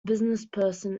businessperson